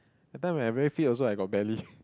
that time when I very fit also I got belly